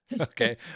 Okay